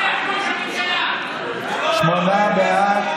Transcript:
שמונה בעד,